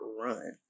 run